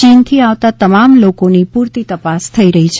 ચીનથી આવતા તમામ લોકોની પુરતી તપાસ થઈ રહી છે